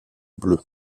bleu